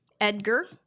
Edgar